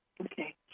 Okay